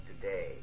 today